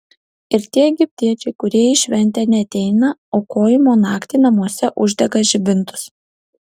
ir tie egiptiečiai kurie į šventę neateina aukojimo naktį namuose uždega žibintus